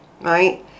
right